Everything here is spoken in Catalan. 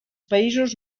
països